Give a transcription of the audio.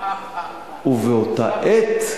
ובאותה עת,